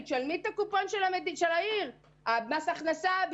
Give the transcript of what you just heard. מס הכנסה רוצה את שלו,